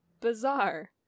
bizarre